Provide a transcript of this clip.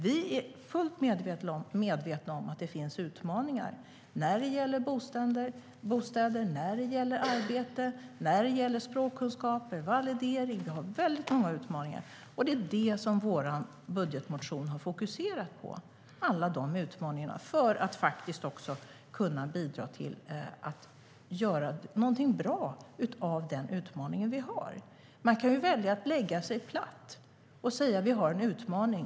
Vi är fullt medvetna om att det finns utmaningar när det gäller bostäder, arbete, språkkunskaper och validering. Det finns många utmaningar. Vår budgetmotion har fokuserat på alla utmaningarna så att vi kan bidra till något bra med dem. Man kan välja att lägga sig platt och säga att det finns en utmaning.